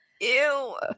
Ew